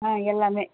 ஆ எல்லாமே